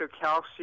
calcium